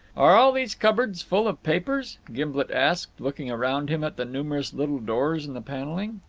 are all these cupboards full of papers? gimblet asked, looking round him at the numerous little doors in the panelling.